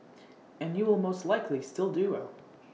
and you will most likely still do well